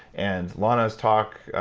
and lana's talk.